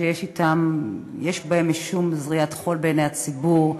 שיש בהם משום זריית חול בעיני הציבור,